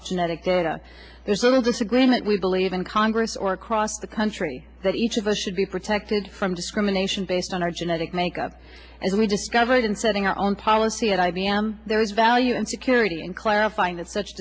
of genetic data there's little disagreement we believe in congress or across the country that each of us should be protected from discrimination based on our genetic makeup as we discovered in setting up on policy at i b m there is value in security in clarifying that such